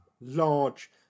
large